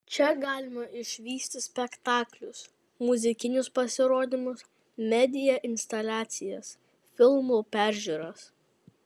čia galima išvysti spektaklius muzikinius pasirodymus media instaliacijas filmų peržiūras